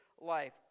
life